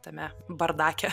tame bardake